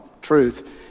truth